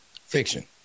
fiction